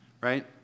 Right